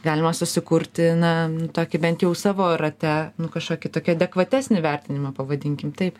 galima susikurti na tokį bent jau savo rate nu kažkokį tokį adekvatesnį vertinimą pavadinkim taip